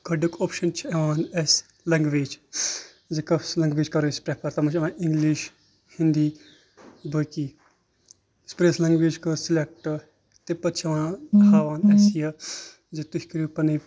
کاڈُک option چھِ یِوان اَسہِ لَنگویج زِ کۄس لینٛگویج کَرو أسۍ پرٛفَر تَتھ منٛز چھِ یِوان اِنگلِش ہِندی باقٕے پرٛیس لنٛگویج کٔر سِلٮ۪کٹ تِہ پَتہٕ چھِ یِوان ہاوان اَسہِ یہِ زِ تُہۍ کٔرو پَنٕںۍ